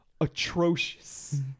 atrocious